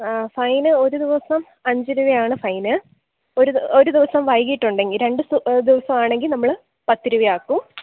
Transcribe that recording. ആ ഫൈന് ഒരു ദിവസം അഞ്ച് രൂപയാണ് ഫൈന് ഒരു ഒരു ദിവസം വൈകിയിട്ടുണ്ടെങ്കിൽ രണ്ട് ദിവസമാണെങ്കിൽ നമ്മൾ പത്തു രൂപയാക്കും